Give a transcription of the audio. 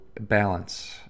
Balance